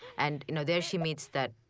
and you know there she meets that.